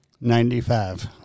Ninety-five